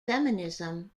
feminism